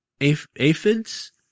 aphids